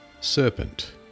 Serpent